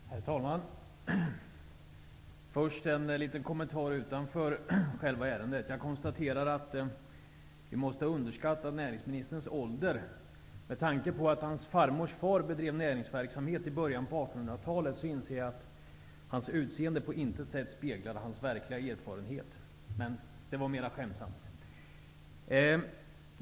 Herr talman! Först en liten kommentar utanför själva ärendet. Jag konstaterar att vi måste ha underskattat näringsministerns ålder. Med tanke på att hans farmors far bedrev näringsverksamhet i början på 1800-talet inser jag att hans utseende på intet sätt speglar hans verkliga erfarenhet. Men det var mera skämtsamt sagt.